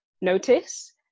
notice